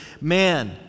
man